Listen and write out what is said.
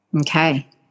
okay